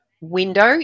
window